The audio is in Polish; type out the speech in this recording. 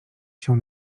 się